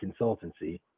consultancy